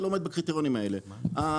שלא עומד בקריטריונים האלה,